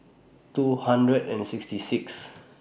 two hundred and sixty six